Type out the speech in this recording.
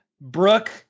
Brooke